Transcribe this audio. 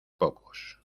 pocos